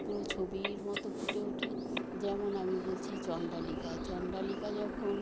পুরো ছবির মতো ফুটে ওঠে যেমন আমি বলছি চণ্ডালিকা চণ্ডালিকা যখন